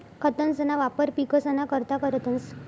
खतंसना वापर पिकसना करता करतंस